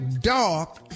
dark